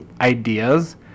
ideas